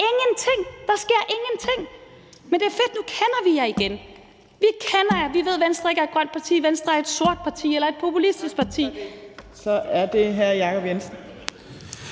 Der sker ingenting. Men det er fedt; nu kender vi jer igen – vi kender jer. Vi ved, at Venstre ikke er et grønt parti. Venstre er et sort parti eller et populistisk parti.